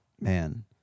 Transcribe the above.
man